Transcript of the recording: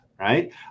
Right